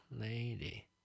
lady